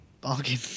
Bargain